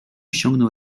ściągnął